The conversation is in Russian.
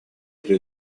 при